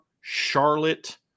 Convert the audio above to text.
charlotte